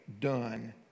done